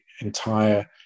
entire